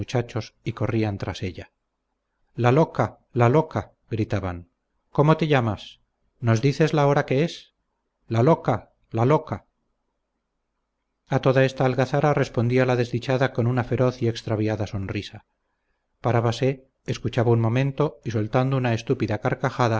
y corrían tras ella la loca la loca gritaban cómo te llamas nos dices la hora que es la loca la loca a toda esta algazara respondía la desdichada con una feroz y extraviada sonrisa parábase escuchaba un momento y soltando una estúpida carcajada